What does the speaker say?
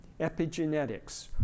Epigenetics